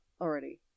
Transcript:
already